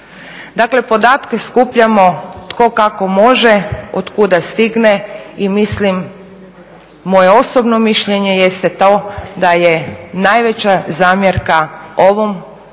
Dakle podatke skupljamo tko kako može, otkuda stigne i mislim, moje osobno mišljenje jeste to da je najveća zamjerka ovom prvom